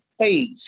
page